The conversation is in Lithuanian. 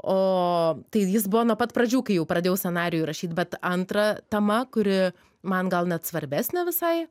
o tai jis buvo nuo pat pradžių kai jau pradėjau scenarijų rašyt bet antra tema kuri man gal net svarbesnė visai